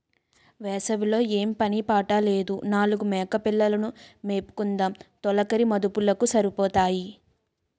వేసవి లో ఏం పని పాట లేదు నాలుగు మేకపిల్లలు ను మేపుకుందుము తొలకరి మదుపులకు సరిపోతాయి